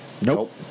Nope